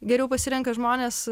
geriau pasirenka žmonės